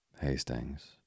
Hastings